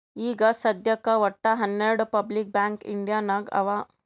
ಈಗ ಸದ್ಯಾಕ್ ವಟ್ಟ ಹನೆರ್ಡು ಪಬ್ಲಿಕ್ ಬ್ಯಾಂಕ್ ಇಂಡಿಯಾ ನಾಗ್ ಅವಾ